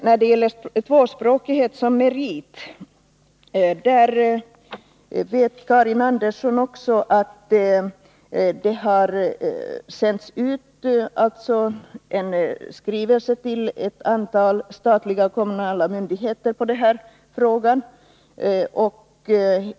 När det gäller tvåspråkighet som merit vet Karin Andersson också att det har sänts ut en skrivelse till ett antal statliga och kommunala myndigheter beträffande denna fråga.